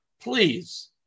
Please